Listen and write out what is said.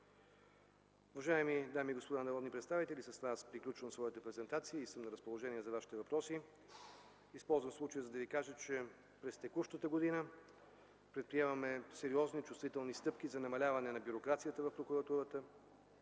Уважаеми дами и господа народни представители, с това приключвам своята презентация и съм на разположение за вашите въпроси. Използвам случая, за да ви кажа, че през текущата година предприемаме сериозни, чувствителни стъпки за намаляване на бюрокрацията в прокуратурата.